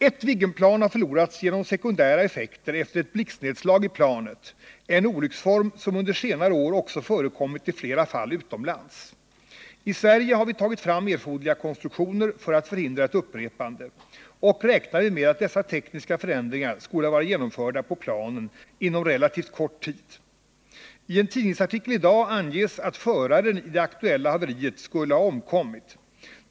Ett Viggenplan har förlorats genom sekundära effekter efter ett blixtnedslag i planet, en olycksform som under senare år också förekommit i flera fall utomlands. I Sverige har vi tagit fram erforderliga konstruktioner för att förhindra ett upprepande och räknar med att dessa tekniska förändringar skall vara genomförda på planen inom relativt kort tid. I en tidningsartikel i dag anges att föraren vid det aktuella haveriet skulle ha omkommit.